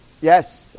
Yes